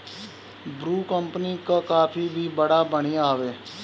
Bru company कअ coffee भी बड़ा बढ़िया हवे